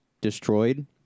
destroyed